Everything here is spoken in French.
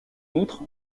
outre